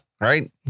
right